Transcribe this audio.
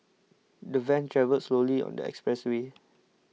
the van travelled slowly on the expressway